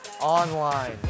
online